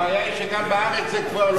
הבעיה היא שגם בארץ זה כבר לא,